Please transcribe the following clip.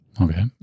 Okay